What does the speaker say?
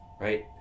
Right